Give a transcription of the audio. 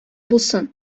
булсын